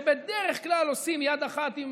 שבדרך כלל עושים יד אחת עם